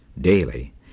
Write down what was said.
daily